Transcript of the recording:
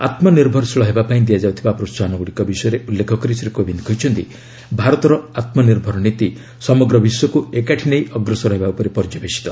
ଆତ୍ମନିର୍ଭରଶୀଳ ହେବା ପାଇଁ ଦିଆଯାଉଥିବା ପ୍ରୋସାହନଗୁଡ଼ିକ ବିଷୟରେ ଉଲ୍ଲେଖ କରି ଶ୍ରୀ କୋବିନ୍ଦ କହିଛନ୍ତି ଭାରତର ଆତ୍ମନିର୍ଭର ନୀତି ସମଗ୍ର ବିଶ୍ୱକୁ ଏକାଠି ନେଇ ଅଗ୍ରସର ହେବା ଉପରେ ପର୍ଯ୍ୟବେଶିତ